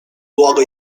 luogo